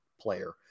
player